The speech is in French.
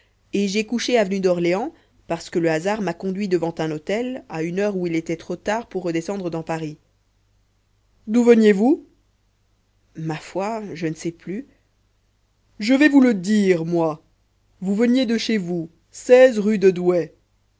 et j'ai couché avenue d'orléans parce que le hasard m'a conduit devant un hôtel à une heure où il était trop tard pour redescendre dans paris d'où veniez-vous ma foi je ne sais plus je vais vous le dire moi vous veniez de chez vous rue de douai